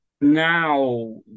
now